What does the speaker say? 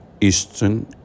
Eastern